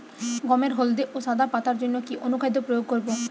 গমের হলদে ও সাদা পাতার জন্য কি অনুখাদ্য প্রয়োগ করব?